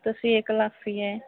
तशी एक लाख फी आहे